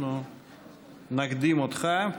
אנחנו נקדים אותך.